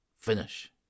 Finish